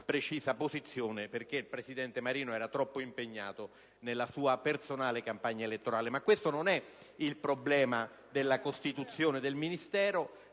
precisa perché il Presidente era troppo impegnato nella sua personale campagna elettorale. Questo però non è il problema dell'istituzione del Ministero.